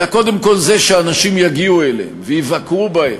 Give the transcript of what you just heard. אלא קודם כול זה שאנשים יגיעו אליהם ויבקרו בהם,